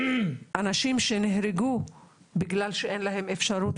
אנשים שנהרגו בגלל שאין להם אפשרות